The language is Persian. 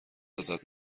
ازت